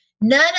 none